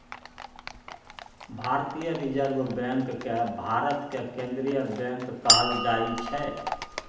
भारतीय reserve bank केँ भारतक केंद्रीय बैंक कहल जाइ छै